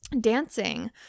dancing